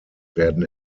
werden